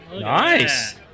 Nice